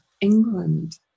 England